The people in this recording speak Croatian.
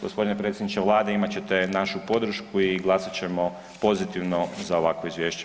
Gospodine predsjedniče vlade imat ćete našu podršku i glasat ćemo pozitivno za ovakvo izvješće.